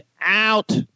out